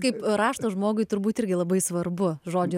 kaip rašto žmogui turbūt irgi labai svarbu žodžio